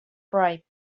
bribe